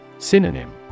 Synonym